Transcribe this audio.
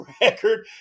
record